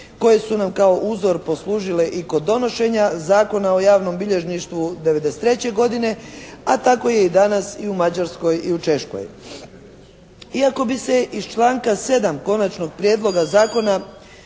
koje su nam kao uzor poslužile i kod donošenja Zakona o javnom bilježništvu 1993. godine, a tako je i danas i u Mađarskoj i u Češkoj. Iako bi se iz članka 7. Konačnog prijedloga zakona,